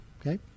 Okay